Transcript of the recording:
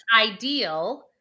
ideal